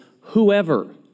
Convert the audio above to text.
whoever